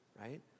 right